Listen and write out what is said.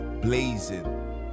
blazing